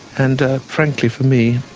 and ah frankly, for me,